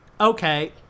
Okay